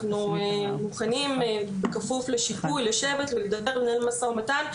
אנחנו מוכנים בכפוף לשיפוי לשבת ולדבר ולנהל משא ומתן.